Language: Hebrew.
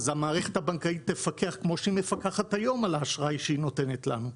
אז המערכת הבנקאית תפקח כמו שהיא מפקחת היום על האשראי שהיא נותנת לנו,